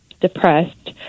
depressed